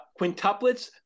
Quintuplets